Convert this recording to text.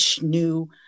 new